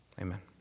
Amen